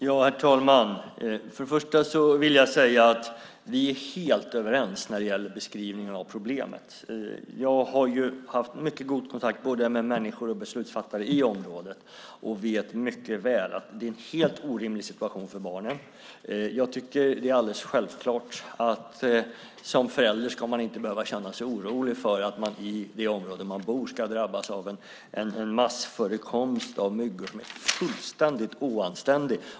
Herr talman! Först och främst vill jag säga att vi är helt överens när det gäller beskrivningen av problemet. Jag har haft mycket god kontakt med både beslutsfattare och andra människor i området, och jag vet mycket väl att det här är en helt orimlig situation för barnen. Jag tycker att det är alldeles självklart att man som förälder inte ska behöva känna sig orolig för att man i det område man bor ska drabbas av en massförekomst av mygg som är fullständigt otillständig.